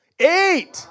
Eight